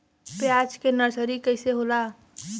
प्याज के नर्सरी कइसे होला?